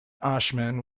ashman